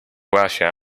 russia